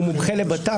הוא מומחה לבט"פ?